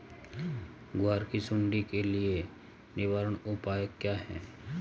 ग्वार की सुंडी के लिए निवारक उपाय क्या है?